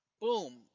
boom